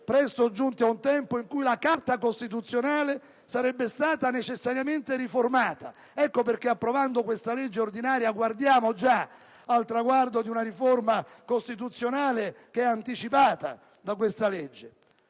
presto giunti ad un tempo in cui la Carta Costituzionale sarebbe stata necessariamente riformata. Ecco perché, approvando questa legge ordinaria, guardiamo già al traguardo di una riforma costituzionale che è anticipata, appunto, da questa legge.